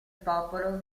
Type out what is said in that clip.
popolo